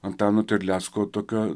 antano terlecko tokia